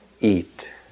eat